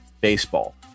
Baseball